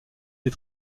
des